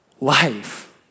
life